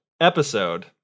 episode